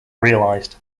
realized